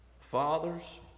fathers